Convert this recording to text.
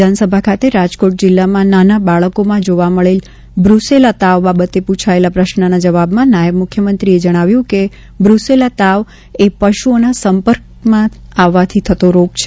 વિધાનસભા ખાતે રાજકોટ જિલ્લામાં નાના બાળકોમાં જોવા મળેલ બ્રસેલા તાવ બાબતે પૂછાયેલા પ્રશ્નના જવાબમાં નાયબ મુખ્યમંત્રીએ જણાવ્યું કે બ્રુસેલા તાવ એ પશુઓના સંપર્કમાં આવવાથી થતો રોગ છે